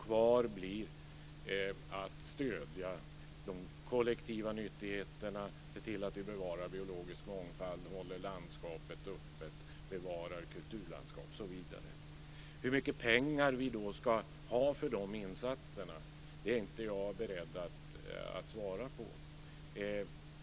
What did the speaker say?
Kvar blir detta med att stödja de kollektiva nyttigheterna, se till att vi bevarar biologisk mångfald och håller landskapet öppet, bevara kulturlandskap osv. Hur mycket pengar vi ska ha för dessa insatser är jag inte beredd att svara på.